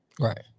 Right